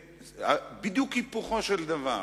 בדיוק היפוכו של דבר.